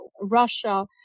Russia